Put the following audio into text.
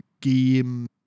game